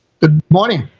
good morning.